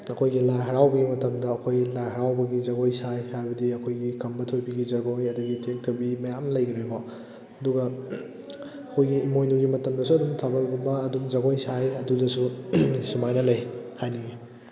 ꯑꯩꯈꯣꯏꯒꯤ ꯂꯥꯏ ꯍꯔꯥꯎꯕꯩ ꯃꯇꯝꯗ ꯑꯩꯈꯣꯏ ꯂꯥꯏ ꯍꯔꯥꯎꯕꯒꯤ ꯖꯒꯣꯏ ꯁꯥꯏ ꯍꯥꯏꯕꯗꯤ ꯑꯩꯈꯣꯏꯒꯤ ꯈꯝꯕ ꯊꯣꯏꯕꯤꯒꯤ ꯖꯒꯣꯏ ꯑꯗꯒꯤ ꯊꯦꯛꯊꯕꯤ ꯃꯌꯥꯝ ꯂꯩꯈ꯭ꯔꯦꯀꯣ ꯑꯗꯨꯒ ꯑꯩꯈꯣꯏꯒꯤ ꯏꯃꯣꯏꯅꯨꯒꯤ ꯃꯇꯝꯗꯁꯨ ꯑꯗꯨꯝ ꯊꯥꯕꯜꯒꯨꯝꯕ ꯑꯗꯨꯝ ꯖꯒꯣꯏ ꯁꯥꯏ ꯑꯗꯨꯗꯁꯨ ꯁꯨꯃꯥꯏꯅ ꯂꯩ ꯍꯥꯏꯅꯤꯡꯉꯤ